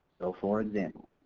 so for example,